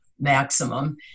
maximum